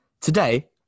Today